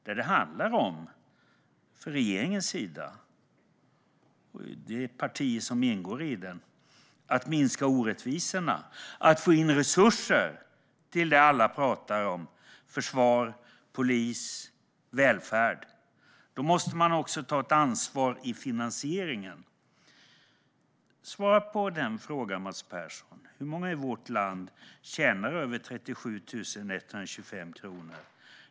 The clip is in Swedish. Vad det handlar om, från regeringens sida och från de partier som ingår i regeringen, är att minska orättvisorna och få in resurser till det som alla pratar om: försvar, polis och välfärd. Då måste man också ta ett ansvar i finansieringen. Svara på frågan, Mats Persson. Hur många i vårt land tjänar över 37 125 kronor?